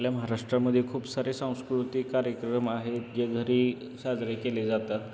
आपल्या महाराष्ट्रामध्ये खूप सारे सांस्कृतिक कार्यक्रम आहेत जे घरी साजरे केले जातात